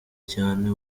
cyane